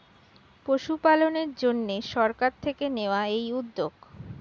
পশুপালনের জন্যে সরকার থেকে নেওয়া এই উদ্যোগ